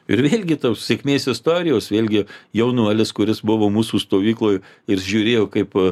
ir vėlgi tos sėkmės istorijos vėlgi jaunuolis kuris buvo mūsų stovykloj ir žiūrėjo kaip